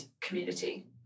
community